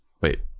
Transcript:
Wait